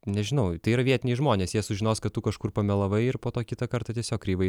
nežinau tai yra vietiniai žmonės jie sužinos kad tu kažkur pamelavai ir po to kitą kartą tiesiog kreivai